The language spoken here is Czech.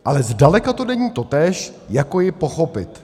Ale zdaleka to není totéž jako ji pochopit.